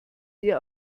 ihr